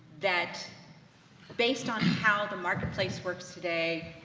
that based on how the marketplace works today,